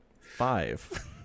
five